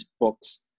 books